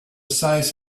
size